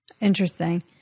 Interesting